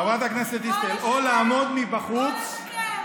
חברת הכנסת דיסטל, או לעמוד מבחוץ, או לשקר.